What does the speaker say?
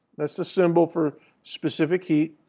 that's the symbol for specific heat.